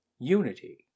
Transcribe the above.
Unity